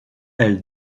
elle